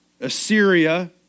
Assyria